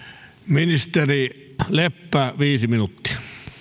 ministeri leppä viisi minuuttia